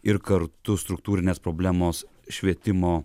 ir kartu struktūrinės problemos švietimo